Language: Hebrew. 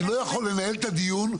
אני לא יכול לנהל את הדיון,